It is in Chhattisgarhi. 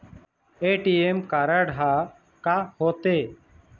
ए.टी.एम कारड हा का होते?